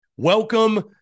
Welcome